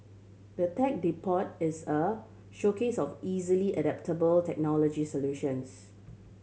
the Tech Depot is a showcase of easily adoptable technology solutions